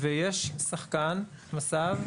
לבין שחקן מס"ב,